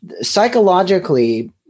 psychologically